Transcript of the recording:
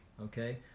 okay